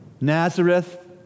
Nazareth